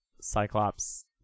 cyclops